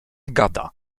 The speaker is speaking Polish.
gada